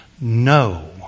No